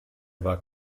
war